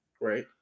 right